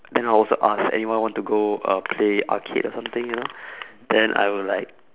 then I will also ask anyone want to go uh play arcade or something you know then I would like